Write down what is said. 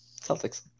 Celtics